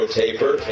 taper